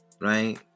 Right